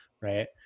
right